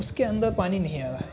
اس کے اندر پانی نہیں آ رہا ہے